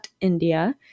india